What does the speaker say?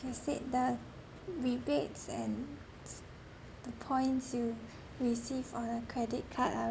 they said the rebates and the points you receive on a credit card are